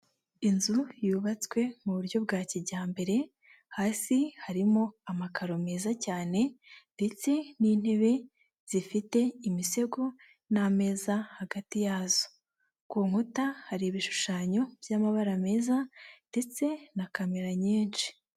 Inzu yubatswe mu buryo bwa kijyambere hasi harimo amakaro meza cyane ndetse n'intebe zifite imisego n'ameza hagati yazo, ku nkuta hari ibishushanyo by'amabara meza ndetse na kamera nyinshi.